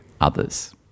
others